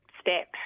step